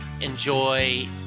enjoy